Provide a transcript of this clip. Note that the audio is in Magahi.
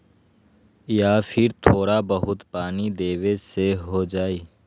या फिर थोड़ा बहुत पानी देबे से हो जाइ?